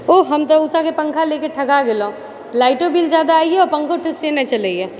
ओह हम तऽ उषाके पङ्खा ले के ठका गेलहुँ लाइटो बिल जादा अबैए पङ्खो ठीकसँ नहि चलैए